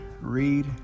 read